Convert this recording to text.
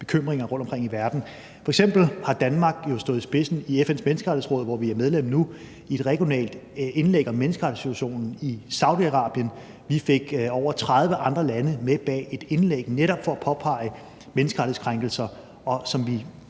til det rundtomkring i verden. F.eks. har Danmark jo stået i spidsen i FN's Menneskerettighedsråd, hvor vi er medlem nu, for et regionalt indlæg om menneskerettighedssituationen i Saudi-Arabien. Vi fik over 30 andre lande med i et indlæg for netop at påpege menneskerettighedskrænkelser. Og som vi